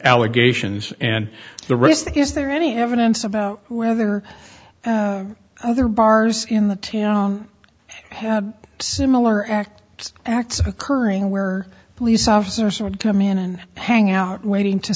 allegations and the risk is there any evidence about whether other bars in the town had similar acts acts occurring where police officers sometime in and hang out waiting to